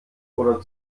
oder